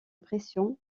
pression